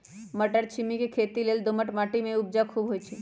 मट्टरछिमि के खेती लेल दोमट माटी में उपजा खुब होइ छइ